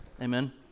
Amen